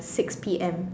six P_M